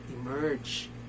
emerge